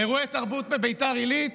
לאירועי תרבות בביתר עילית,